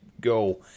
go